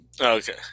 Okay